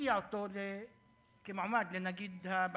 תציע אותו כמועמד לנגיד הבנק,